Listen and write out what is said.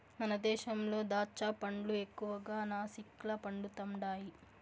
మన దేశంలో దాచ్చా పండ్లు ఎక్కువగా నాసిక్ల పండుతండాయి